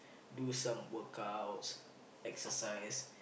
do some workouts exercise